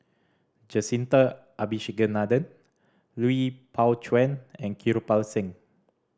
Jacintha Abisheganaden Lui Pao Chuen and Kirpal Singh